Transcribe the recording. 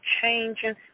changing